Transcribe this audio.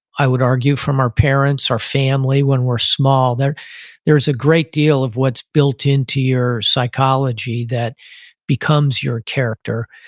i would argue, from our parents, our family, when we're small. there's a great deal of what's built into your psychology that becomes your character.